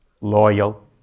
loyal